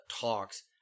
talks